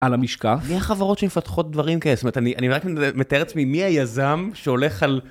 על המשקף. מי החברות שמפתחות דברים כאלה? זאת אומרת אני רק מתאר לעצמי, מי היזם שהולך על...